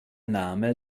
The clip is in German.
name